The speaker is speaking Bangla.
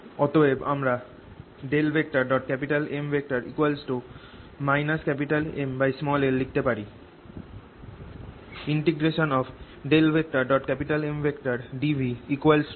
অতএব আমরা M Ml